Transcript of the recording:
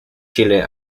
chile